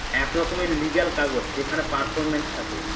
এক রকমের লিগ্যাল কাগজ যেখানে পারফরম্যান্স থাকে